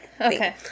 Okay